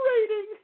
rating